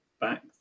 back